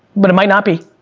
but it might not be.